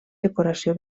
decoració